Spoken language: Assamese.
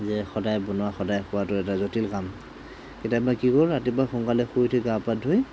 যে সদায় বনোৱা সদায় খোৱাতো এটা জটিল কাম কেতিয়াবা কি কৰোঁ ৰাতিপুৱা সোনকালে শুই উঠি গা পা ধুই